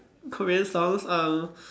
Korean songs uh